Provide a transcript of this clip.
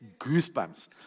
goosebumps